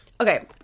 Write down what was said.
Okay